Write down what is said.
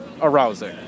arousing